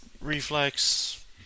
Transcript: reflex